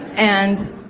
and